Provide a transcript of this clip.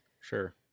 Sure